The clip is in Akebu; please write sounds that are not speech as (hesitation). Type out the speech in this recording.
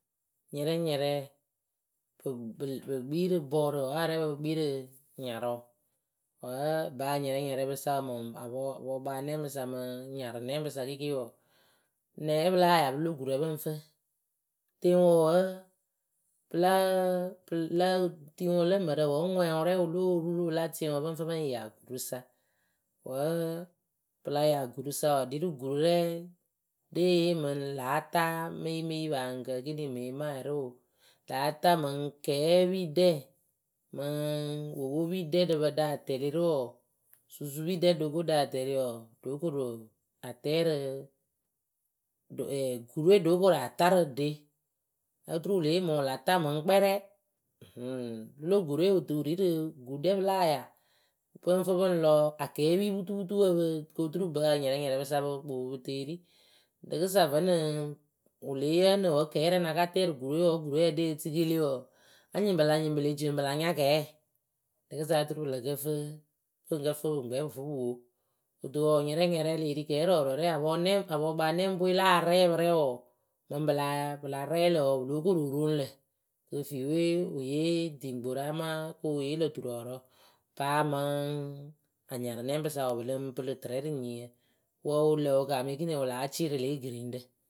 nyɛrɛnyɛrɛ pɨ bɨ pɨ kpii rɨ bɔɔrǝ wǝ arɛɛpǝ pɨ kpii rɨ nyarʊ Wǝ bɨ anyɛrɛnyɛrɛ pɨ sa wɔɔ mɨŋ apɔɔkpanɛŋbɨsa mɨŋ anyarɨnɛŋ sa kɩkɩ wɔɔ nɛ pɨ láa ya pɨlo gurǝ pɨŋ fɨ? tɩŋwʊ wǝ pɨla tɩŋwǝ lǝ mǝrǝ wǝ ŋwɛŋwɨ rɛ wɨ lóo ru rɨ pɨla tɨŋwǝ pɨŋ fɨ pɨŋ ya gurɨsa wǝ pɨla yaa gurɨsa wɔɔ ɖi rɨ gurɨrɛŋ lée yee mɨŋ la ta meyimeyi paa gǝ ekeniŋ mɨŋ emarɨ oo la ta mɨŋ kɛɛpiɖɛ mɨŋ wowopiɖɛ lǝ pǝ láa tɛlɩ rɨ wɔɔ, susupiɖɛ loru láa tɛlɩ wɔɔ lo korɨ atɛɛ rɨ (hesitation) tuwe lokora tarɨ ɖe oturu wɨ le yee mɨŋ wɨ la ta mɨŋ kpɛrɛ ǝhɨŋ pɨlo gurɨ we wɨtɨ wɨ ri rɨ guɖɛ pɨ láa ya pɨŋ fɨ pɨŋ lɔ akɛɛpi putuputu pɨ koturu bɨ anyɛrɛnyɛrɛ pɨ sa pɨ kpoopu pɨ teeri rɨkɨsa vǝnɨŋ wɨle yeenɨ wǝ kɛɛrɛŋ na ka tɛ rɨ gurɨwe wǝ gurɨwe ya le tikili wɔɔ anyɩŋ pɨla nyɩŋ pɨle ci pɨla nya kɛɛ rɨkɨsa oturu pɨ lǝ kǝ fɨ pɨŋ kǝ fɨ pɨŋkpɛ pɨ fɨ pɨ wo kɨto wɔɔ nyɛrɛnyɛrɛ lee ri kɛɛ rɔɔrɔ rɛŋ apɔnɛŋ apɔkpanɛŋbɨ we la rɛɛpɨrrɛŋ wɔɔ mɩŋ pɨla rɛ lɨ wɔɔ pɨlo koro roŋ lǝ kɨ fiwe wɨ yelǝ diŋgborǝ amaa kɨ wɨ yelǝ turɔɔrɔ paa mɨŋ anyarɨ nɛŋbɨsa wɔɔ pɨlɨŋ pɨlɨ tɨrɛ rɨ nyiyǝ wǝ wɨlǝ wɨ kaamǝ ekiniŋ wɨ láa cɩrɩ lě giriŋɖǝ.